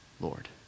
Lord